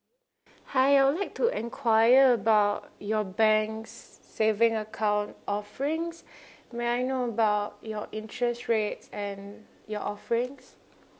hi I would like to enquire about your bank's saving account offerings may I know about your interest rates and your offerings